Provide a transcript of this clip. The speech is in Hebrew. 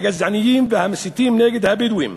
הגזעניים והמסיתים נגד הבדואים: